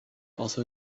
also